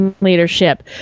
leadership